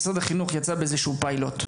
משרד החינוך יצא באיזשהו פיילוט,